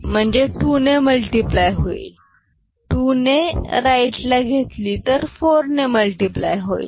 म्हणजे 2 ने मल्टिपल होईल 2 ने राइट ल घेतली तर 4 ने मल्टिपल